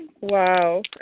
Wow